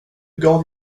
gav